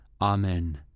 Amen